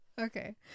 Okay